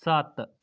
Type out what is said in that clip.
ਸੱਤ